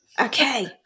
Okay